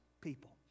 people